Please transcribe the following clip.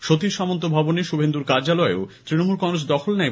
সতীশ সামন্তভবনে শুভেন্দুর কার্যালয়েও তৃণমূল কংগ্রেস দখল নেয়